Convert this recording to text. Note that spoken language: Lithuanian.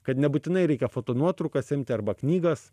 kad nebūtinai reikia foto nuotraukas imti arba knygas